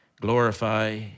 Glorify